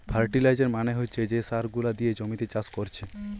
fertiliser মানে হচ্ছে যে সার গুলা দিয়ে জমিতে চাষ কোরছে